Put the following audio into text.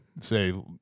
say